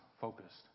focused